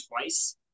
twice